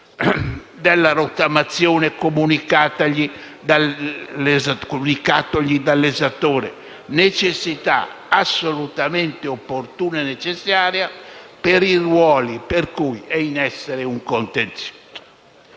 della rottamazione comunicatagli dall'esattore, condizione assolutamente opportuna e necessaria per i ruoli per cui è in essere un contenzioso.